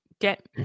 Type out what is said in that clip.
Get